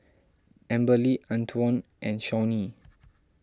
Amberly Antwon and Shawnee